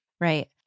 Right